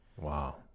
Wow